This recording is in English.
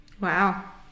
wow